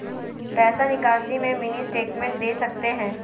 पैसा निकासी में मिनी स्टेटमेंट दे सकते हैं?